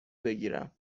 بگیرم